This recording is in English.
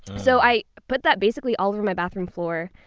so i put that basically all over my bathroom floor.